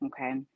Okay